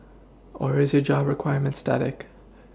or is your job requirement static